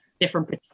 different